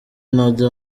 ntajya